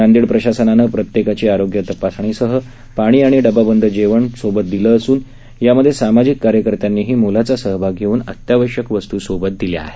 नांदेड प्रशासनाने प्रत्येकाची आरोग्य तपासणीसह पाणी आणि डबाबंद जेवण सोबत दिले असून यामध्ये सामाजिक कार्यकर्त्यांनीही मोलाचा सहभाग घेऊन अत्यावश्यक वस्तू सोबत दिल्या आहेत